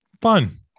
Fun